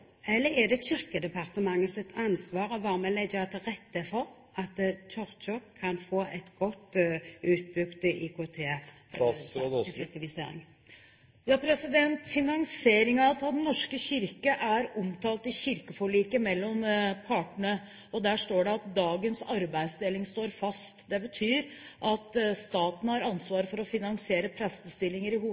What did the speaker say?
eller er det Kirkedepartementets ansvar å være med og legge til rette for at Kirken kan få godt utbygd IKT med tanke på effektivisering? Finansieringen av Den norske kirke er omtalt i kirkeforliket mellom partene, og der står det at dagens arbeidsdeling ligger fast. Det betyr at staten har ansvaret for å finansiere prestestillinger i